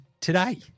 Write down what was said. today